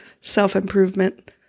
self-improvement